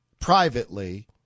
privately